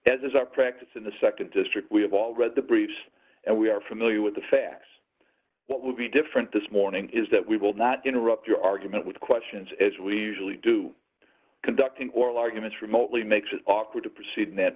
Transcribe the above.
as is our practice in the nd district we have all read the briefs and we d are familiar with the facts what will be different this morning is that we will not interrupt your argument with questions as we usually do conducting oral arguments remotely makes it awkward to proceed in that